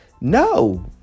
No